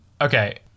okay